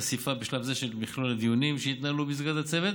חשיפה בשלב זה של מכלול הדיונים שהתנהלו במסגרת הצוות